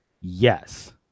Yes